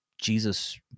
Jesus